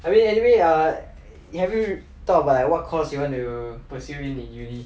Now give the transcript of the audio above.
I mean anyway err have you thought about like what course you want to pursue in in uni